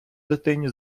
дитині